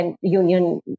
union